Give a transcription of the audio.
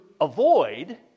avoid